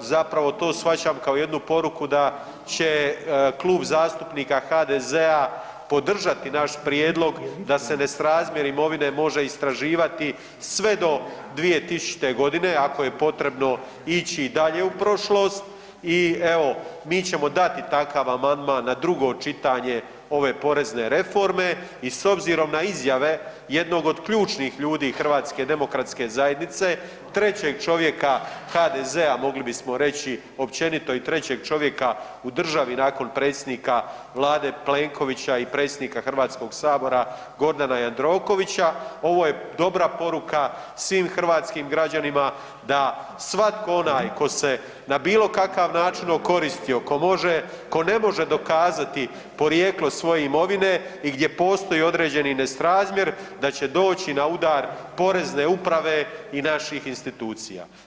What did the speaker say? zapravo, to shvaćam kao jednu poruku da će Klub zastupnika HDZ-a podržati naš prijedlog da se nesrazmjer imovine može istraživati sve do 2000. g., ako je potrebno ići i dalje u prošlost i evo, mi ćemo dati takav amandman na drugo čitanje ove porezne reforme i s obzirom na izjave jednog od ključnih ljudi HDZ-a, 3. čovjeka HDZ-a, mogli bismo reći općenito i 3. čovjeka u državi nakon predsjednika Vlade Plenkovića i predsjednika Hrvatskog sabora Gordana Jandrokovića ovo je dobra poruka svim hrvatskim građanima da svatko onaj tko se na bilo kakav način okoristio, tko ne može dokazati porijeklo svoje imovine i gdje postoji određeni nesrazmjer da će doći na udar Porezne uprave i naših institucija.